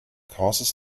causes